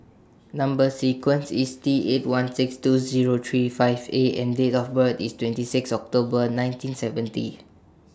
Number sequence IS T eight one six two Zero three five A and Date of birth IS twenty six October nineteen seventy